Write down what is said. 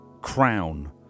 Crown